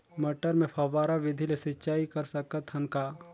मटर मे फव्वारा विधि ले सिंचाई कर सकत हन का?